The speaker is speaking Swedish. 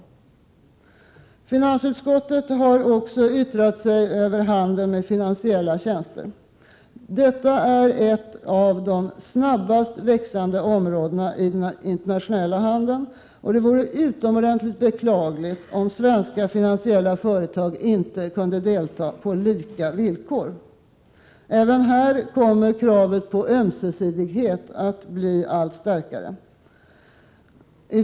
Finansutskottet har också yttrat sig över handeln med finansiella tjänster. Detta är ett av de snabbast växande områdena i den internationella handeln, och det vore utomordentligt beklagligt om svenska finansiella företag inte kunde delta på lika villkor. Även här kommer kravet på ömsesidighet att bli allt starkare.